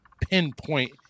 pinpoint